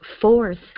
fourth